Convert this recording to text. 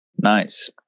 nice